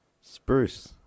Spruce